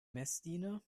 messdiener